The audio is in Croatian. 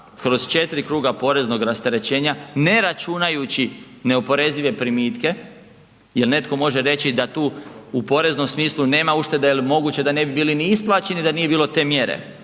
kroz četiri kruga poreznog rasterećenja, ne računajući neoporezive primitke jel netko može reći da tu u poreznom smislu nema uštede jel moguće da ne bi bili ni isplaćeni da nije bilo te mjere,